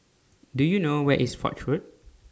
Do YOU know Where IS Foch Road